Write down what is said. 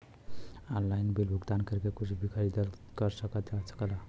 Online bill भुगतान करके कुछ भी खरीदारी कर सकत हई का?